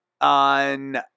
on